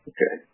Okay